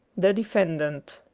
the defendant